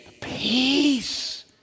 Peace